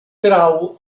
trau